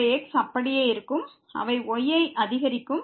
எனவே x அப்படியே இருக்கும் அவை y ஐ அதிகரிக்கும்